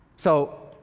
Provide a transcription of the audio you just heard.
so,